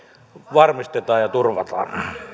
varmistetaan ja turvataan